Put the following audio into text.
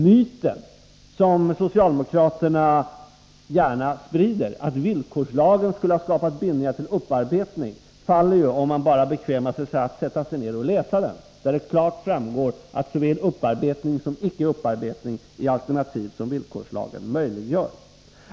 Myten som socialdemokraterna gärna sprider, att villkorslagen skulle ha skapat bindningar till upparbetning, faller ju om man bara bekvämar sig till att sätta sig ned och läsa villkorslagen. Där framgår klart att såväl upparbetning som icke upparbetning är alternativ som villkorslagen möjliggör.